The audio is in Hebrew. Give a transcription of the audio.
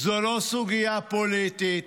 זו לא סוגיה פוליטית,